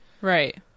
Right